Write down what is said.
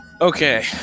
Okay